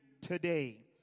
today